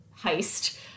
heist